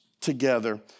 together